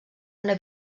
una